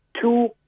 two